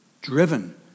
driven